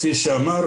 כפי שאמר